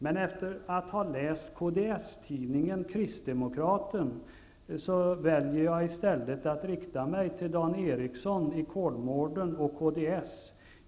Men efter att ha läst Kds tidningen Kristdemokraten väljer jag i stället att rikta mig till Dan Ericsson i Kolmården och Kds.